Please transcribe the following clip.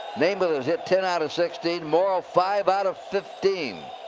namath has hit ten out of sixteen, morrall five out of fifteen.